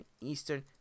Eastern